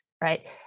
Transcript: right